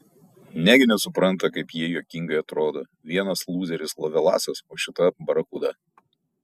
negi nesupranta kaip jie juokingai atrodo vienas lūzeris lovelasas o šita barakuda